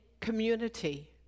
community